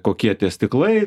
kokie tie stiklai